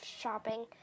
shopping